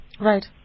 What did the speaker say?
Right